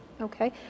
Okay